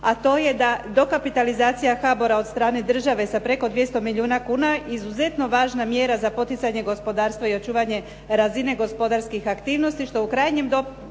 a to je da dokapitalizacija HBOR-a od strane države sa preko 200 milijuna kuna izuzetno važna mjera za poticanje gospodarstva i očuvanja razine gospodarskih aktivnosti,